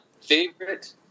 favorite